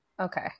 Okay